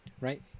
right